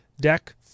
deck